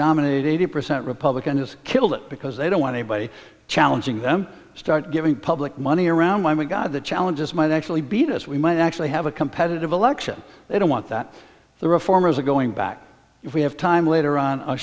dominate eighty percent republican is killed it because they don't want anybody challenging them start giving public money around why we got the challenges might actually beat us we might actually have a competitive election they don't want that the reformers are going back if we have time later on